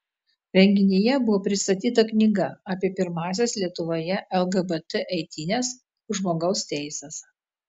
renginyje buvo pristatyta knyga apie pirmąsias lietuvoje lgbt eitynes už žmogaus teises